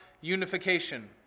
unification